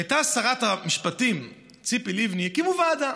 כשהייתה שרת המשפטים ציפי לבני הקימו ועדה.